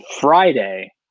Friday